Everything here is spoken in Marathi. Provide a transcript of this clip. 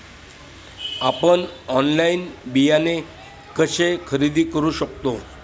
आपण ऑनलाइन बियाणे कसे खरेदी करू शकतो?